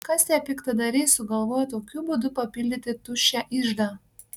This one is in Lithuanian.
kas tie piktadariai sugalvoję tokiu būdu papildyti tuščią iždą